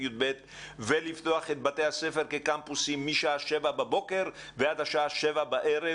ולפתוח אותם כקמפוסים משעה שבע בבוקר ועד השעה שבע בערב.